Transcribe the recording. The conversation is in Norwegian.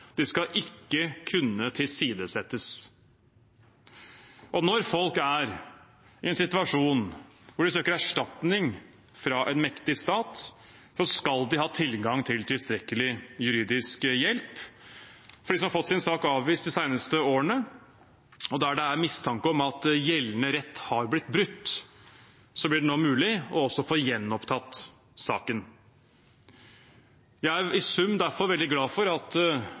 de skal ikke kunne tilsidesettes. Når folk er i en situasjon hvor de søker erstatning fra en mektig stat, skal de ha tilgang til tilstrekkelig juridisk hjelp. For dem som har fått sin sak avvist de seneste årene, og der det er mistanke om at gjeldende rett har blitt brutt, blir det nå mulig å få gjenopptatt saken. Jeg er i sum derfor veldig glad for at